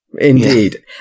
Indeed